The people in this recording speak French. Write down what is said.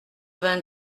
vingt